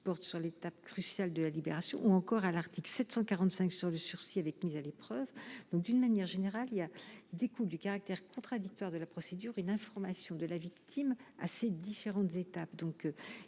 portent sur l'étape cruciale de la libération, ou encore à l'article 745 sur le sursis avec mise à l'épreuve. D'une manière générale, il découle du caractère contradictoire de la procédure une information de la victime à différentes étapes.